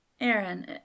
Aaron